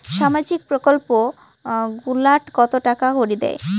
সামাজিক প্রকল্প গুলাট কত টাকা করি দেয়?